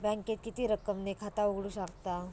बँकेत किती रक्कम ने खाता उघडूक लागता?